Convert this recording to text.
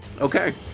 Okay